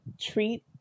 treat